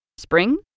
Spring